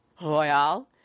Royal